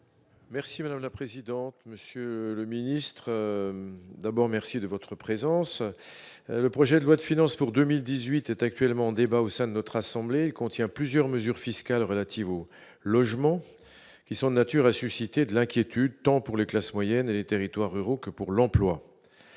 Merci madame la présidente, monsieur le ministre, d'abord merci de votre présence, le projet de loi de finances pour 2018 est actuellement en débat au sein de notre assemblée contient plusieurs mesures fiscales relatives au logement, qui sont de nature à susciter de l'inquiétude, tant pour les classes moyennes et les territoires ruraux que pour l'emploi,